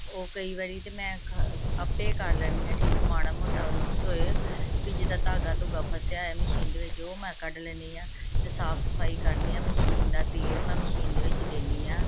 ਉਹ ਕਈ ਵਾਰੀ ਤਾਂ ਮੈਂ ਖ ਆਪੇ ਕਰ ਲੈਂਦੀ ਹਾਂ ਠੀਕ ਮਾੜਾ ਮੋਟਾ ਨੁਕਸ ਹੋਏ ਕਿ ਜਿੱਦਾਂ ਧਾਗਾ ਧੁਗਾ ਫਸਿਆ ਹੋਏ ਮਸ਼ੀਨ ਦੇ ਵਿੱਚ ਉਹ ਮੈਂ ਕੱਢ ਲੈਂਦੀ ਹਾਂ ਅਤੇ ਸਾਫ ਸਫਾਈ ਕਰਦੀ ਹਾਂ ਮਸ਼ੀਨ ਦਾ ਤੇਲ ਮੈਂ ਮਸ਼ੀਨ ਦੇ ਵਿੱਚ ਦਿੰਦੀ ਹਾਂ